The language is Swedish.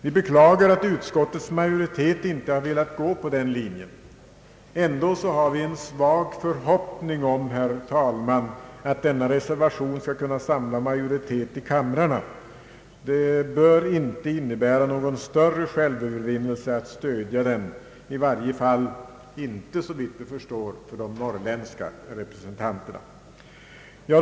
Vi beklagar att utskottets majoritet inte har velat gå på den linjen. Ändå har vi en svag förhoppning, herr talman, att denna reservation skall kunna samla majoritet i kamrarna. Det bör inte innebära någon större självövervinnelse att stödja den, i varje fall inte såvitt vi förstår för de norrländska representanterna.